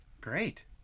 Great